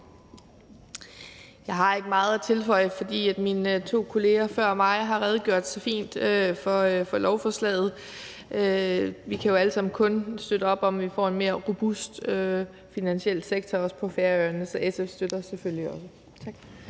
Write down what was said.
Jeg har ikke meget at tilføje, fordi mine to kolleger før mig har redegjort så fint for lovforslaget. Vi kan jo alle sammen kun bakke op om, at vi får en mere robust finansiel sektor også på Færøerne. Så SF støtter selvfølgelig også